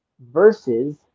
versus